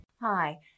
Hi